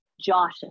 Josh